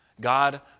God